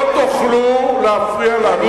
לא תוכלו להפריע לה.